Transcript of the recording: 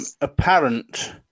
apparent